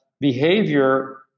behavior